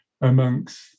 amongst